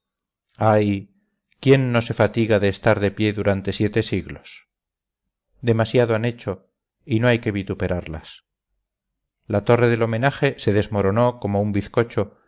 ay quién no se fatiga de estar de pie durante siete siglos demasiado han hecho y no hay que vituperarlas la torre del homenaje se desmoronó como un bizcocho